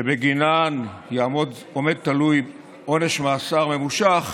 שבגינם עומד תלוי עונש מאסר ממושך,